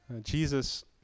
Jesus